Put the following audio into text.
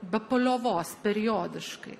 be paliovos periodiškai